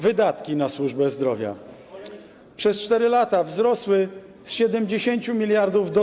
Wydatki na służbę zdrowia przez 4 lata wzrosły z 70 mld do